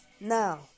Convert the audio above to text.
now